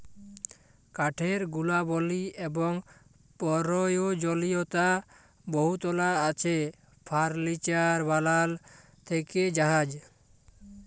কাঠের গুলাবলি এবং পরয়োজলীয়তা বহুতলা আছে ফারলিচার বালাল থ্যাকে জাহাজ